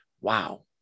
Wow